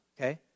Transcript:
Okay